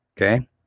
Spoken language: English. Okay